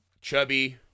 chubby